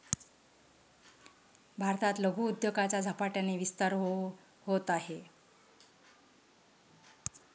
भारतात लघु उद्योगाचा झपाट्याने विस्तार होत आहे